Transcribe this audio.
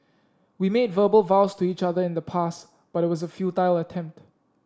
we made verbal vows to each other in the past but it was a futile attempt